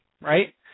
right